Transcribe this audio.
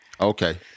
Okay